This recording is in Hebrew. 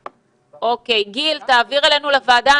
גיל, תעביר אלינו לוועדה.